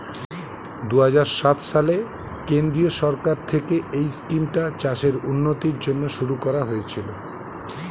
দুহাজার সাত সালে কেন্দ্রীয় সরকার থেকে এই স্কিমটা চাষের উন্নতির জন্য শুরু করা হয়েছিল